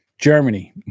Germany